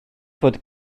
fod